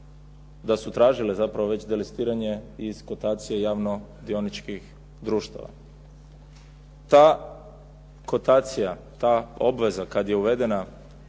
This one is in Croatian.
da su tražile zapravo već delestiranje iz kotacije javno dioničkih društava. Ta kotacija, ta obveza kad je uvedena